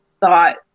thought